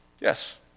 Yes